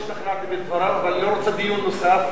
אני לא השתכנעתי מדבריו אבל אני לא רוצה דיון נוסף.